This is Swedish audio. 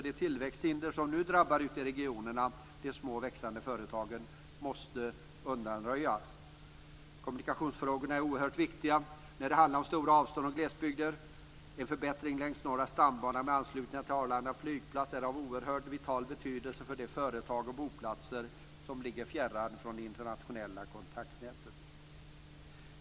De tillväxthinder som nu finns för de små och växande företagen ute i regionerna måste undanröjas. Kommunikationsfrågorna är oerhört viktiga när det handlar om stora avstånd och glesbygder. En förbättring längs Norra stambanan med anslutningar till Arlanda flygplats är av oerhört vital betydelse för de företag och boplatser som ligger fjärran från de internationella kontaktnäten.